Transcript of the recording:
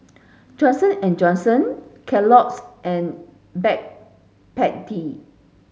Johnson and Johnson Kellogg's and